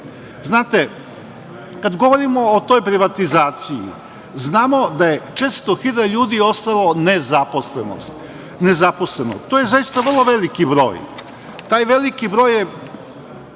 kad govorimo o toj privatizaciji, znamo da je 400 hiljada ljudi ostalo nezaposleno. To je zaista vrlo veliki broj. Taj veliki broj je